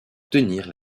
tenir